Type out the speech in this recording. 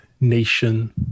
nation